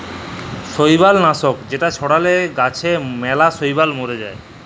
শৈবাল লাশক যেটা চ্ড়ালে গাছে ম্যালা শৈবাল ম্যরে যায়